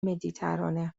مدیترانه